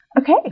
Okay